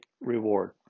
reward